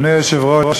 אדוני היושב-ראש,